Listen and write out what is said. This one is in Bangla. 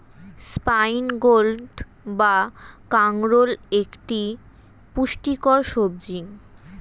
স্পাইন গোর্ড বা কাঁকরোল একটি পুষ্টিকর সবজি